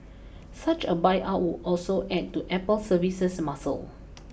such a buyout would also add to Apple's services muscle